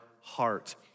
heart